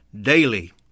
daily